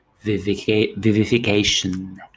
vivification